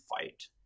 fight